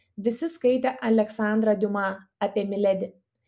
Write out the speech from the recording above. visi skaitė aleksandrą diuma apie miledi